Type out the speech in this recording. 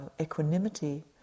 equanimity